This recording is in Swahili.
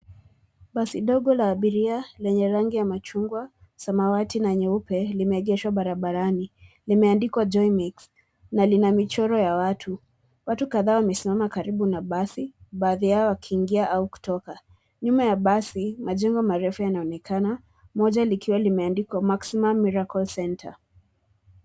Basi ndogo la abiria lenye rangi ya machungwa, samawati na nyeupe limeegeshwa barabarani limeandikwa JOYMIX na lina michoro ya watu. Watu kadhaa wamesimama karibu na basi baadhi yao wakiingia au kutoka. Nyuma ya basi, majengo marefu yanaonekana moja likiwa limeandikwa MAXIMUM MIRACLE CENTRE.